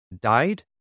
died